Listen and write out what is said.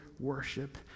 worship